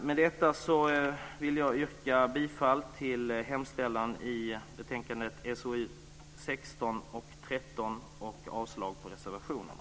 Med detta vill jag yrka bifall till hemställan i betänkandena SoU13 och SoU16 och avslag på reservationerna.